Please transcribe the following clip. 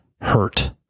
hurt